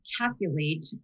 calculate